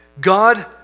God